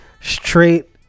straight